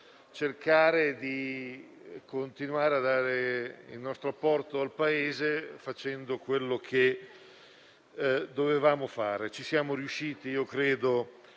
cercato di continuare a dare il nostro apporto al Paese, facendo quello che dovevamo fare. Credo che ci siamo riusciti in modo